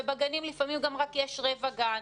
ובגנים לפעמים גם רק יש רבע גן,